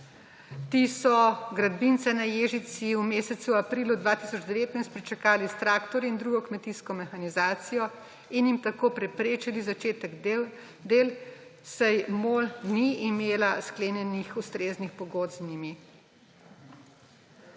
Ti so gradbince na Ježici v mesecu aprilu 2019 pričakali s traktorji in drugo kmetijsko mehanizacijo in jim tako preprečili začetek del, saj MOL ni imela sklenjenih ustreznih pogodb z njimi.